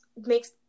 makes